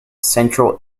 central